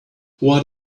what